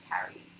carry